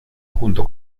junto